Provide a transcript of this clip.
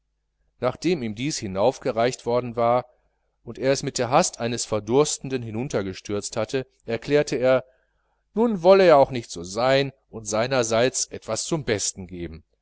nachdem ihm dies hinaufgereicht worden war und er es mit der hast eines verdurstenden hinuntergestürzt hatte erklärte er nun wolle er auch nicht so sein und seinerseits etwas zum besten geben